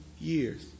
years